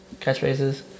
catchphrases